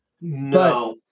No